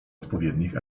odpowiednich